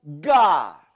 God